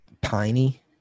piney